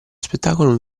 spettacolo